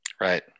Right